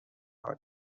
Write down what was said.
کرد